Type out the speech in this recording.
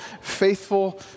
faithful